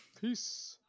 Peace